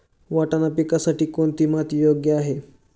वाटाणा पिकासाठी कोणती माती योग्य आहे?